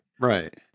right